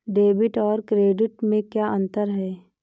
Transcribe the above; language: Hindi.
डेबिट और क्रेडिट में क्या अंतर है?